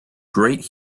great